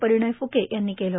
परिणय फुके यांनी केलं